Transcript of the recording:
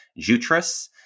Jutras